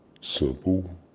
simple